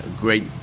great